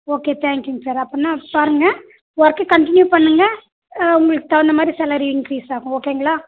okay தேங்க்யூங்க sir அப்போனா பாருங்கள் ஒர்க்கு கன்டினியூ பண்ணுங்கள் உங்களுக்கு தகுந்தமாதிரி சேலரி இங்கிரீஸ் ஆகும் ஓகேங்களா